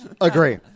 Agree